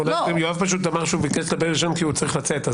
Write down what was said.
יואב פשוט אמר שהוא מבקש לדבר ראשון כי הוא צריך לצאת.